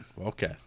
Okay